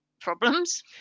problems